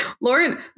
Lauren